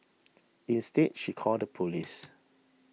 instead she called the police